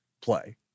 play